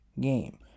game